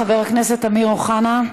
חבר הכנסת אמיר אוחנה,